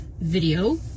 video